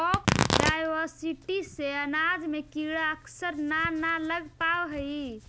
crop diversity से अनाज में कीड़ा अक्सर न न लग पावऽ हइ